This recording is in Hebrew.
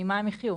ממה הם יחיו?